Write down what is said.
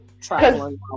traveling